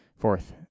Fourth